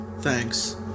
Thanks